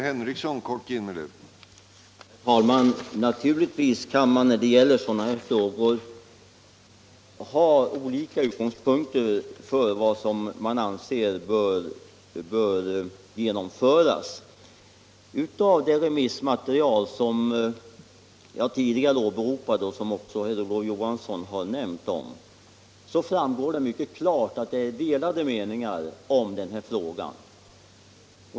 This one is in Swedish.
Herr talman! Naturligtvis kan man när det gäller sådana här frågor ha olika utgångspunkter för vad man anser bör genomföras. Av det remissmaterial som jag tidigare åberopade och som herr Olof Johansson nämnde framgår det mycket klart att det är delade meningar om den här frågan.